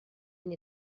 une